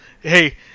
Hey